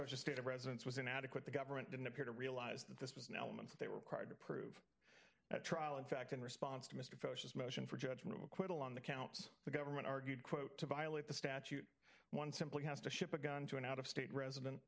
bush's state of residence was inadequate the government didn't appear to realize that this was an element that they were proud to prove at trial in fact in response to mr bush's motion for judgment of acquittal on the counts the government argued quote to violate the statute one simply has to ship a gun to an out of state resident